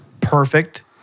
perfect